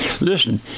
listen